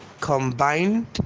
Combined